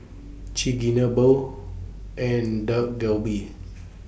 Chigenabe and Dak Galbi